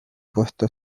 puesto